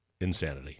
insanity